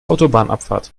autobahnabfahrt